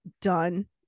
done